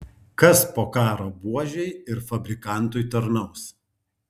kas po karo buožei ir fabrikantui tarnaus